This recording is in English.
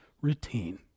routine